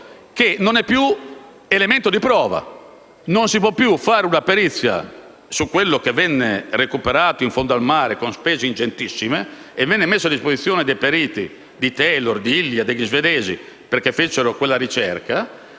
non è più elemento di prova. Non si può più fare una perizia su quello che venne recuperato in fondo al mare con spese ingentissime e venne messo a disposizione dei periti, di Taylor, di Lilja, degli svedesi che fecero quella ricerca,